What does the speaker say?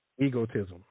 egotism